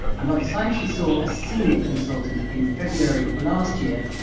and by the time she saw a senior consultant in february last year,